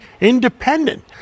independent